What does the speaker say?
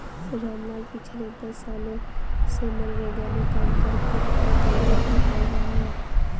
रामलाल पिछले दस सालों से मनरेगा में काम करके अपने परिवार को पाल रहा है